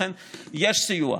לכן יש סיוע.